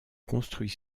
construit